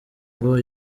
ngo